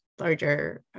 larger